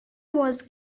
was